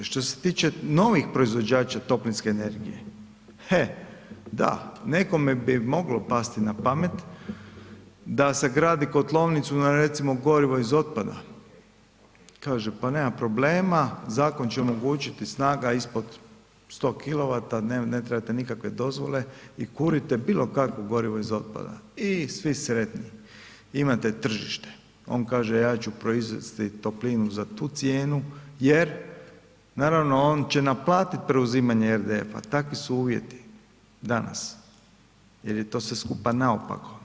Što se tiče novih proizvođača toplinske energije, da, nekome bi moglo pasti na pamet da sagradi kotlovnicu na recimo gorivo iz otpada, kaže pa nema problema, zakon će omogućiti, snaga ispod 100 kW, ne trebate nikakve dozvole i kurite bilokakvo gorivo iz otpada i svi sretni, imate tržište, on kaže ja ću proizvesti toplinu za tu cijenu jer naravno on će naplatiti preuzimanje RDF-a, takvi su uvjeti danas jer je to sve skupa naopako.